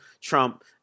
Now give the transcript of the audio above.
Trump